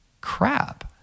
crap